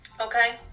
Okay